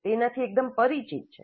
તેનાથી એકદમ પરિચિત છે